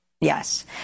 Yes